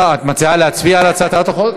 אה, את מציעה להצביע על הצעת החוק?